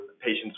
patients